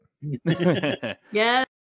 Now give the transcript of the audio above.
Yes